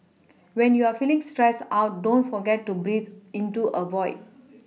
when you are feeling stressed out don't forget to breathe into a void